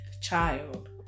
child